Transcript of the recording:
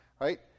right